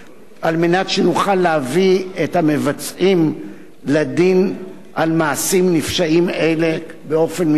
כדי שנוכל להביא לדין את המבצעים של מעשים נפשעים אלה באופן מיידי.